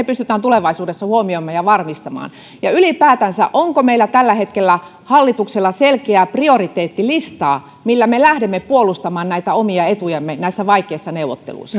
pystytään tulevaisuudessa huomioimaan ja varmistamaan onko meillä ylipäätänsä tällä hetkellä hallituksella selkeää prioriteettilistaa millä me lähdemme puolustamaan näitä omia etujamme näissä vaikeissa neuvotteluissa